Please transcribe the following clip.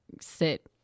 sit